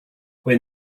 when